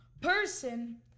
person